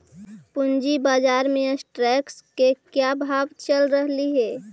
पूंजी बाजार में स्टॉक्स के क्या भाव चल रहलई हे